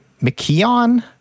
McKeon